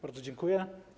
Bardzo dziękuję.